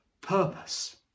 purpose